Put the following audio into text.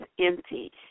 empty